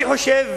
אני חושב